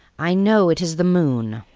i know it is the moon.